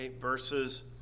Verses